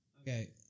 Okay